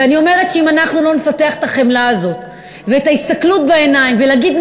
ואני אומרת שאם לא נפתח את החמלה הזאת ואת ההסתכלות בעיניים ונגיד,